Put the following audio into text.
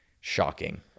shocking